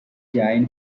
jain